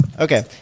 Okay